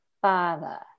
Father